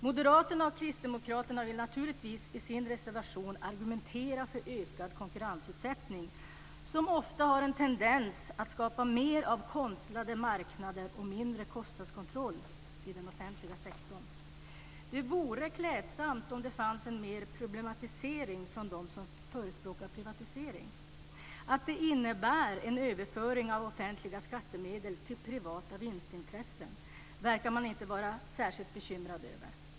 Moderaterna och Kristdemokraterna vill naturligtvis i sin reservation argumentera för ökad konkurrensutsättning, som ofta har en tendens att skapa mer konstlade marknader och mindre kostnadskontroll i den offentliga sektorn. Det vore klädsamt om det fanns mer av en problematisering av dem som förespråkar en privatisering. Att det innebär en överföring av offentliga skattemedel till privata vinstintressen verkar man inte vara särskilt bekymrad över.